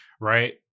right